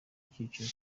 icyiciro